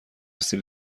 سیب